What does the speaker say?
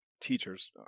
teachers